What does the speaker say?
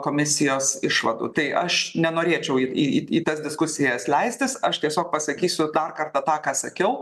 komisijos išvadų tai aš nenorėčiau eiti į tas diskusijas leistis aš tiesiog pasakysiu dar kartą tą ką sakiau